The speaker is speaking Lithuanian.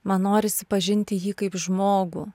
man norisi pažinti jį kaip žmogų